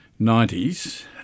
90s